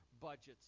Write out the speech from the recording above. budgets